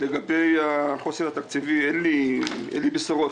לגבי החוסר התקציבי אין לי בשורות.